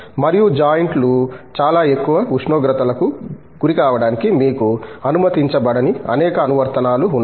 మరియు జాయింట్ లు చాలా ఎక్కువ ఉష్ణోగ్రతలకు గురికావడానికి మీకు అనుమతించబడని అనేక అనువర్తనాలు ఉన్నాయి